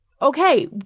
Okay